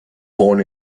born